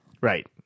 Right